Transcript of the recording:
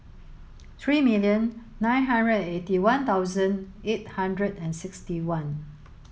three million nine hundred and eighty one thousand eight hundred and sixty one